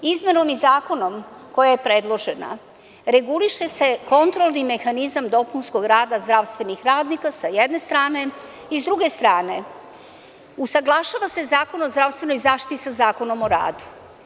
Izmenom zakona, koja je predložena, reguliše se kontrolni mehanizam dopunskog rada zdravstvenih radnika, sa jedne strane, i sa druge strane, usaglašava se Zakon o zdravstvenoj zaštiti sa Zakonom o radu.